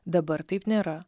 dabar taip nėra